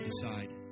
Decide